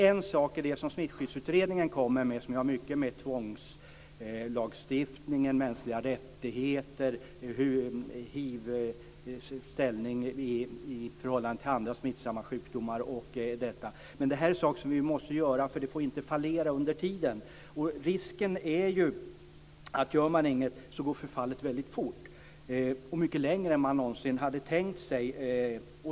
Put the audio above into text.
En sak som Smittskyddsutredningen kommer med har mycket att göra med tvångslagstiftning, mänskliga rättigheter, den ställning hiv har i förhållande till andra smittsamma sjukdomar m.m. Men det här är en sak som vi måste göra. Det får inte fallera under tiden. Risken om man inte gör något är att förfallet går väldigt fort och mycket längre än man hade tänkt sig.